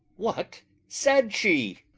what said she?